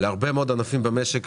להרבה מאוד ענפים במשק.